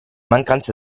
mancanze